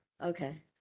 Okay